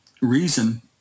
reason